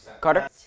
Carter